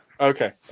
Okay